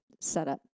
setup